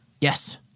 Yes